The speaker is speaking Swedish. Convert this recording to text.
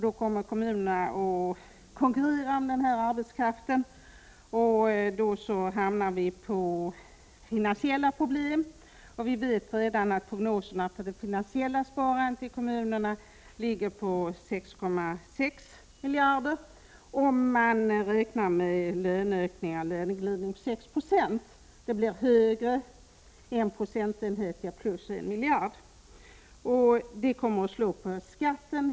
Då kommer kommunerna att konkurrera om arbetskraften, och då hamnar vi i finansiella problem. Vi vet redan att prognoserna för det finansiella sparandet i kommunerna ligger på 6,6 miljarder om man räknar med en löneglidning på 6 20. En procentenhet betyder en ökning på en miljard. Detta kommer att slå på skatten.